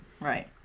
Right